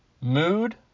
mood